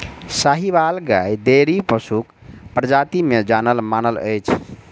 साहिबाल गाय डेयरी पशुक प्रजाति मे जानल मानल अछि